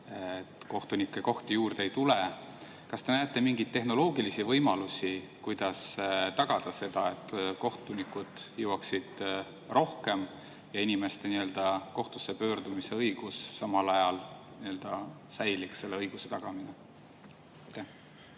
Kohtunikukohti juurde ei tule. Kas te näete mingeid tehnoloogilisi võimalusi, kuidas tagada seda, et kohtunikud jõuaksid rohkem teha ja inimeste nii-öelda kohtusse pöördumise õigus samal ajal säiliks, selle õiguse tagamine?